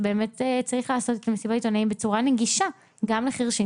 אז צריך לעשות את מסיבת העיתונאים בצורה נגישה גם לחירשים,